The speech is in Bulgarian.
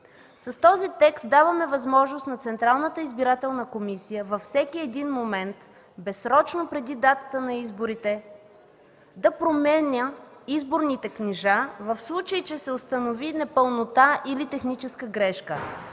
с този текст даваме възможност на Централната избирателна комисия във всеки един момент безсрочно преди датата на изборите да променя изборните книжа, в случай че се установи непълнота или техническа грешка.